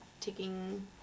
taking